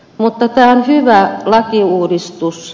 mutta tämä on hyvä lakiuudistus